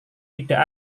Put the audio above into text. tidak